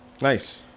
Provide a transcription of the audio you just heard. Nice